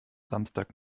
samstag